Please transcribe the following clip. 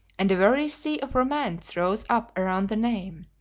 and a very sea of romance rose up around the name.